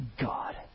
God